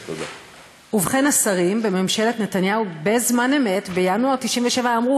ובכן השרים בממשלת נתניהו בזמן אמת בינואר 1997 אמרו